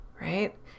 right